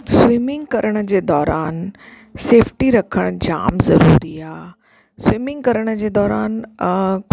swimming करण जे दौरान सेफ्टी रखण जाम ज़रूरी आहे स्विमिंग करण जे दौरान